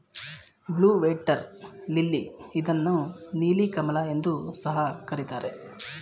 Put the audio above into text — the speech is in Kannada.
ಬ್ಲೂ ವೇಟರ್ ಲಿಲ್ಲಿ ಇದನ್ನು ನೀಲಿ ಕಮಲ ಎಂದು ಸಹ ಕರಿತಾರೆ